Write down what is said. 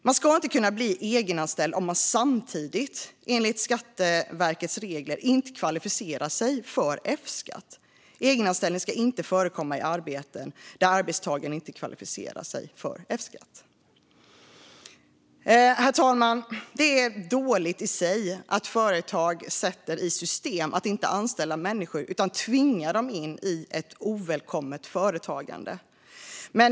Man ska inte kunna bli egenanställd om man samtidigt, enligt Skatteverkets regler, inte kvalificerar sig för F-skatt. Egenanställning ska inte förekomma i arbeten där arbetstagaren inte kvalificerar sig för F-skatt. Herr talman! Det är dåligt i sig att företag sätter i system att inte anställa människor, utan tvingar dem in i ovälkommet företagande.